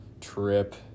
trip